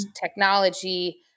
technology